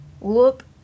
Look